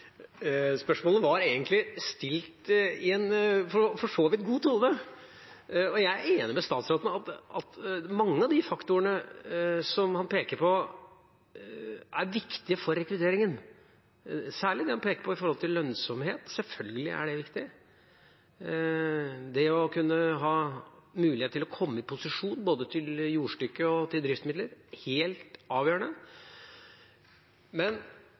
og jeg er enig med statsråden i at mange av de faktorene som han peker på, er viktige for rekrutteringen – særlig det han peker på i forhold til lønnsomhet. Selvfølgelig er det viktig. Det å kunne ha mulighet til å komme i posisjon, både til jordstykke og til driftsmidler, er helt avgjørende. Men